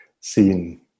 seen